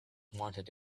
wanted